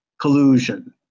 collusion